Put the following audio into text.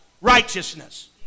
righteousness